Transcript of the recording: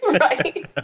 Right